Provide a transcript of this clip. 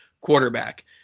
quarterback